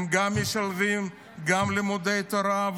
הם משלבים גם לימודי תורה,